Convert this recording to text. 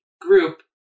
group